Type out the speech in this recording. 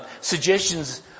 suggestions